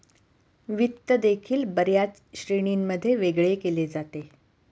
वित्त देखील बर्याच श्रेणींमध्ये वेगळे केले जाते